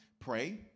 Pray